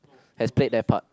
has played their part